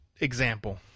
example